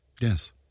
Yes